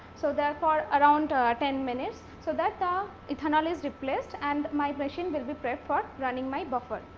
so, therefore, around ah ten minutes. so, that the ethanol is replaced and my machine will be prep for running my buffer.